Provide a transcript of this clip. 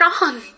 gone